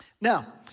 Now